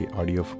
audio